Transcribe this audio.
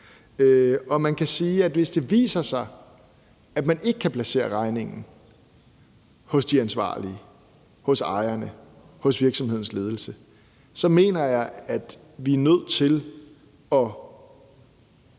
Man kan sige, at hvis det viser sig, at man ikke kan placere regningen hos de ansvarlige – hos ejerne, hos virksomhedens ledelse – mener jeg, at vi er nødt til at